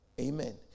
Amen